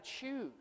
choose